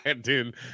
dude